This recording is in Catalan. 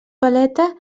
paleta